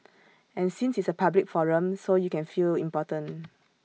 and since it's A public forum so you can feel important